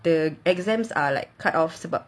the exams are like cut off about